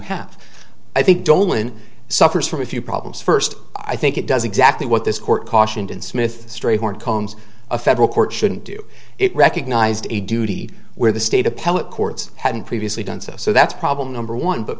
have i think dolan suffers from a few problems first i think it does exactly what this court cautioned in smith strayhorn colmes a federal court shouldn't do it recognized a duty where the state appellate courts hadn't previously done so so that's problem number one but